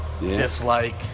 dislike